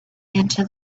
into